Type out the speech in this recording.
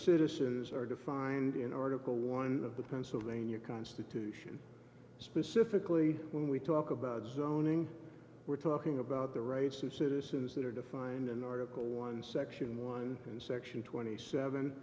citizens are defined in article one of the pennsylvania constitution specifically when we talk about zoning we're talking about the rights of citizens that are defined in article one section one and section twenty seven